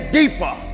deeper